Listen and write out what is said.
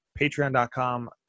patreon.com